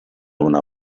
una